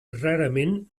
rarament